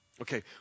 Okay